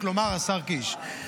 כלומר השר קיש,